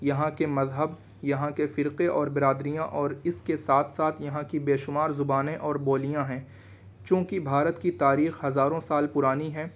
یہاں کے مذہب یہاں کے فرقے اور برادریاں اور اس کے ساتھ ساتھ یہاں کی بے شمار زبانیں اور بولیاں ہیں چوںکہ بھارت کی تاریخ ہزاروں سال پرانی ہے